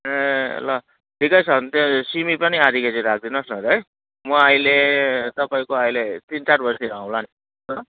ए ल ठिकै छ भने चाहिँ सिमी पनि आधा केजी राखिदिनुहोस् न त है म अहिले तपाईँको अहिले तिन चार बजीतिर आउँला नि